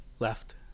Left